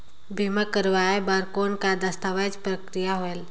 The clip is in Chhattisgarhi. बीमा करवाय बार कौन दस्तावेज प्रक्रिया होएल?